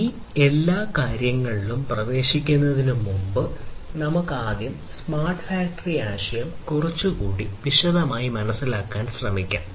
ഈ എല്ലാ കാര്യങ്ങളിലും പ്രവേശിക്കുന്നതിനുമുമ്പ് നമുക്ക് ആദ്യം ഈ സ്മാർട്ട് ഫാക്ടറി ആശയം കുറച്ചുകൂടി വിശദമായി മനസ്സിലാക്കാൻ ശ്രമിക്കാം